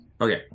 Okay